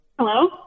Hello